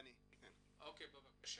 קריב בבקשה.